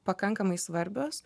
pakankamai svarbios